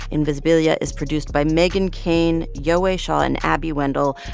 invisibilia is produced by meghan keane, yowei shaw and abby wendle.